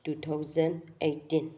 two thousand eighteen